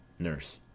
nurse.